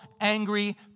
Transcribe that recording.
angry